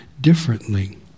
differently